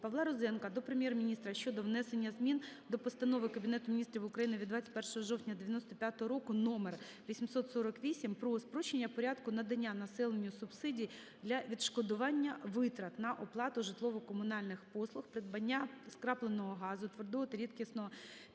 Павла Різаненка до Прем'єр-міністра щодо внесення змін до Постанови Кабінету Міністрів України від 21 жовтня 95-го року №848 "Про спрощення порядку надання населенню субсидій для відшкодування витрат на оплату житлово-комунальних послуг, придбання скрапленого газу, твердого та рідкого